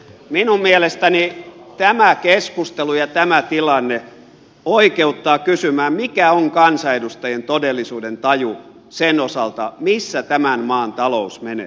minun mielestäni tämä keskustelu ja tämä tilanne oikeuttavat kysymään mikä on kansanedustajien todellisuudentaju sen osalta missä tämän maan talous menee